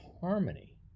harmony